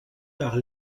par